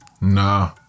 Nah